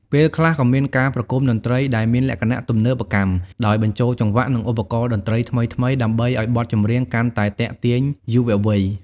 ពេលខ្លះក៏មានការប្រគុំតន្ត្រីដែលមានលក្ខណៈទំនើបកម្ម ដោយបញ្ចូលចង្វាក់ និងឧបករណ៍តន្ត្រីថ្មីៗ ដើម្បីឱ្យបទចម្រៀងកាន់តែទាក់ទាញយុវវ័យ ។